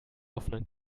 offenen